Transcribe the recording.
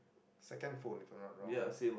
second phone if I'm not wrong